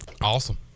Awesome